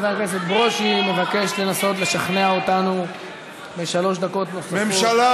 חבר הכנסת ברושי מבקש לנסות לשכנע אותנו בשלוש דקות נוספות.